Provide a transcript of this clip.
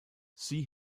see